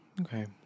okay